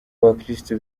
abakristo